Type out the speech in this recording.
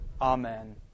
Amen